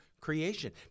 creation